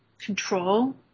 control